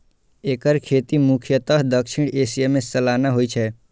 एकर खेती मुख्यतः दक्षिण एशिया मे सालाना होइ छै